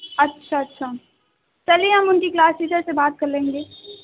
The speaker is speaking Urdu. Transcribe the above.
اچھا اچھا چلیے ہم اُن کی کلاس ٹیچر سے بات کر لیں گے